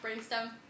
brainstem